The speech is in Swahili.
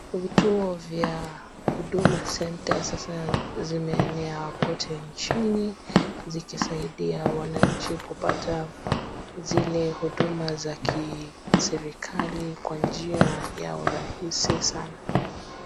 Vituo za huduma centre sasa zimeenea kote nchini ,zikisaidia wanaanchi kupata zile huduma za kiserikali kwa njia ya urahisi sana.